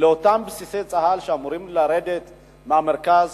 לאותם בסיסי צה"ל שאמורים לרדת מהמרכז